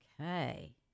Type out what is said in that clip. Okay